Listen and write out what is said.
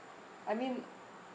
I mean